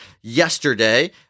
yesterday